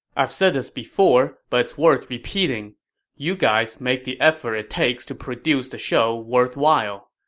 i've said this before, but it's worth repeating you guys make the effort it takes to produce the show worthwhile.